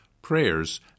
prayers